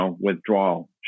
withdrawal